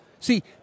See